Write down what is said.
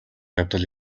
явдал